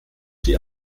die